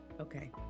Okay